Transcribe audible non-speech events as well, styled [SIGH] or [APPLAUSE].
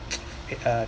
[NOISE] i~ uh